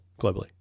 globally